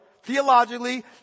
Theologically